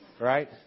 Right